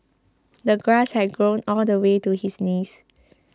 the grass had grown all the way to his knees